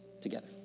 together